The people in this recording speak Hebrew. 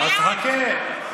אז חכה.